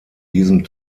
diesem